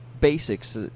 basics